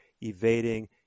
Evading